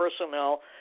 personnel